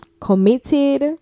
committed